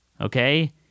okay